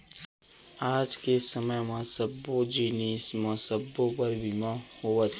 आज के समे म सब्बो जिनिस म सबो बर बीमा होवथे